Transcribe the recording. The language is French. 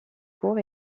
court